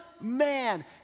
man